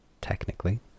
technically